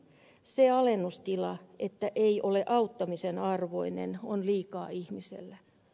se alennustila että ei ole auttamisen arvoinen on liikaa ihmiselle